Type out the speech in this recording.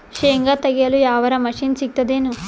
ಶೇಂಗಾ ತೆಗೆಯಲು ಯಾವರ ಮಷಿನ್ ಸಿಗತೆದೇನು?